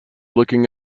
looking